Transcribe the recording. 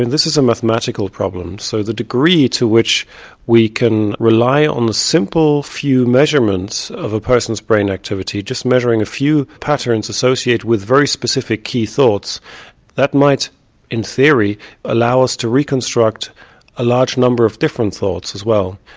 and this is a mathematical problem. so the degree to which we can rely on a simple few measurements of a person's brain activity, just measuring a few patterns associated with very specific key thoughts that might in theory allow us to reconstruct a large number of different thoughts as well,